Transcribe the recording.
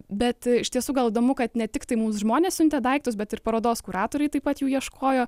bet iš tiesų gal įdomu kad ne tiktai mums žmonės siuntė daiktus bet ir parodos kuratoriai taip pat jų ieškojo